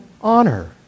honor